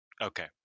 Okay